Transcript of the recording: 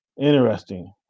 Interesting